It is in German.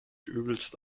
übelst